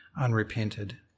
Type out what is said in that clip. unrepented